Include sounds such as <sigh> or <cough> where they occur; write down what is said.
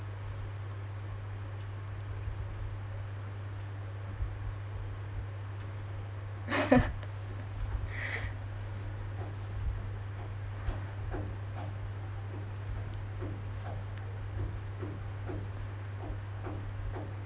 <laughs>